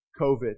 COVID